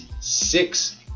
six